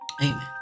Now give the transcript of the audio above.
Amen